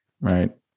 right